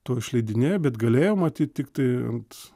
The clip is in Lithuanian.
to išleidinėjo bet galėjo matyt tiktai ant